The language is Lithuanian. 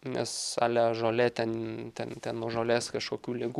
nes ale žolė ten ten ten nuo žolės kažkokių ligų